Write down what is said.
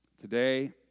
Today